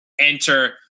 enter